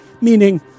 meaning